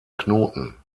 knoten